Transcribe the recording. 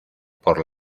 por